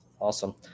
Awesome